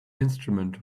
instrument